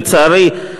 לצערי,